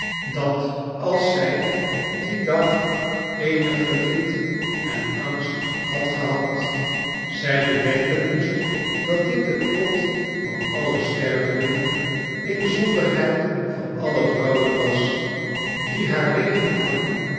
dat als zij dien dag eenig verdriet en angst had gehad zij bedenken moest dat dit het lot van alle stervelingen inzonderheid van alle vrouwen was die haar leven lang